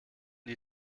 die